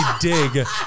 dig